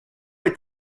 est